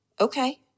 Okay